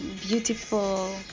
beautiful